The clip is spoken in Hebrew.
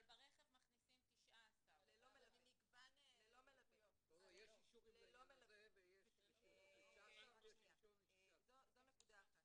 אבל ברכב מכניסים 19. זו נקודה אחת.